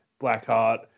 Blackheart